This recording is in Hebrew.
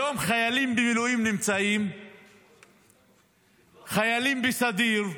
היום חיילים במילואים במגזר הדרוזי, חיילים בסדיר,